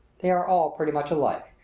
they are all pretty much alike,